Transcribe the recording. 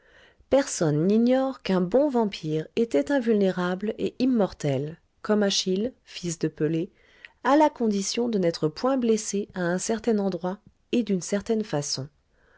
personne n'ignore qu'un bon vampire était invulnérable et immortel comme achille fils de pelée à la condition de n'être point blessé à un certain endroit et d'une certaine façon